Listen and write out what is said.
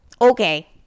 okay